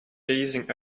gazing